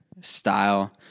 style